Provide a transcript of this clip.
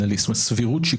אין ביקורת סבירות.